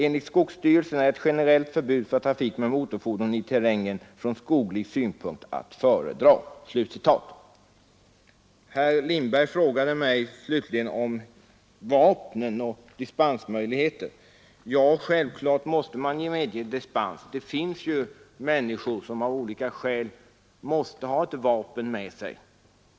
Enligt skogsstyrelsen är ett generellt förbud för trafik med motorfordon i terrängen från skoglig synpunkt klart att föredra.” Slutligen frågade herr Lindberg mig om vapnen och dispensmöjligheterna för dem. Jag vill svara att självklart skall man medge dispens. Det finns ju människor som av olika skäl måste ha vapen med sig.